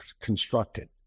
constructed